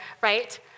right